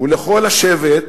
ולכל השבט